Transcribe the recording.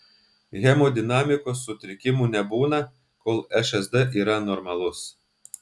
hemodinamikos sutrikimų nebūna kol šsd yra normalus